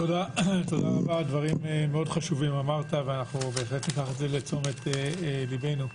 תודה רבה, דברים חשובים אמרת וניקח לתשומת ליבנו.